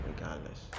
regardless